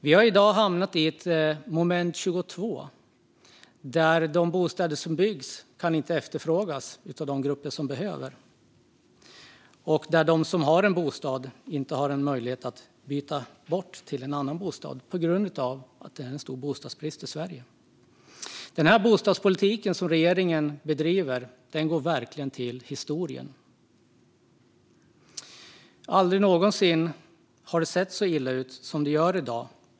Vi har hamnat i ett moment 22 där de bostäder som byggs inte kan efterfrågas av de grupper som behöver dem och där de som har en bostad inte har möjlighet att byta till en annan bostad på grund av att det råder en stor bostadsbrist i Sverige. Den bostadspolitik som regeringen bedriver går verkligen till historien. Aldrig någonsin i modern tid har det sett så illa ut som det gör i dag.